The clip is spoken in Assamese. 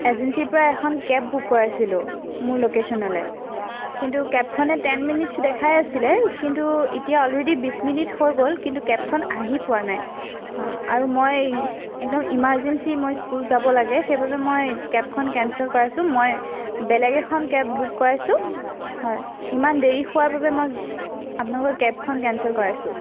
এজেঞ্চিৰ পৰা এখন কেব বুক কৰাইছিলোঁ মোৰ লোকেশ্যনলৈ কিন্তু কেবখনে টেন মিনিটছ দেখাই আছিলে কিন্তু এতিয়া অলৰেডি বিছ মিনিট হৈ গ'ল কিন্তু কেবখন আহি পোৱা নাই আৰু মই একদম ইমাৰ্জেঞ্চি মই স্কুল যাব লাগে সেইবাবে মই কেবখন কেনচেল কৰাইছোঁ মই বেলেগ এখন কেব বুক কৰাইছোঁ হয় ইমান দেৰি হোৱাৰ বাবে মই আপোনালোকৰ কেবখন কেনচেল কৰাইছোঁ